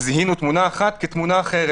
זיהינו תמונה אחת כאחרת.